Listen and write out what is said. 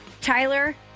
Tyler